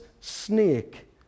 snake